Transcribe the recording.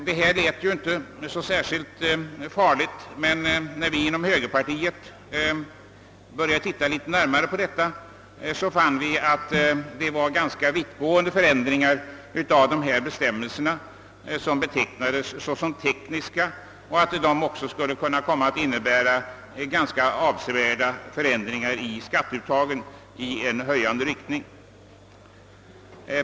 Detta låter inte särskilt farligt, men när vi inom högerpartiet började studera propositionen litet närmare fann vi att de föreslagna förändringarna i dessa bestämmelser, som betecknades såsom tekniska, i verkligheten skulle komma att medföra rätt avsevärda skattehöjningar för näringslivet.